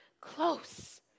close